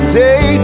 day